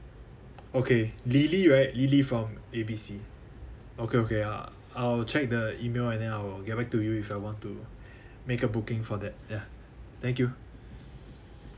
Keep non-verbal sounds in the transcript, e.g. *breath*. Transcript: okay lily right lily from A B C okay okay I I'll check the email and then I'll get back to you if I want to *breath* make a booking for that ya thank you